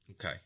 Okay